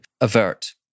avert